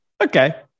okay